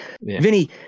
Vinny